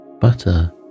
butter